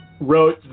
wrote